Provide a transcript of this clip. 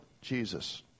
Jesus